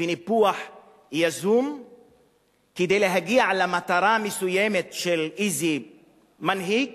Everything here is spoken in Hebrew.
וניפוח יזום כדי להגיע למטרה המסוימת של איזה מנהיג